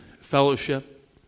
fellowship